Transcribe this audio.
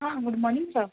हां good morning स